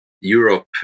Europe